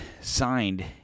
signed